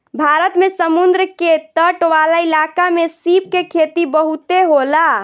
भारत में समुंद्र के तट वाला इलाका में सीप के खेती बहुते होला